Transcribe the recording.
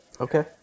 Okay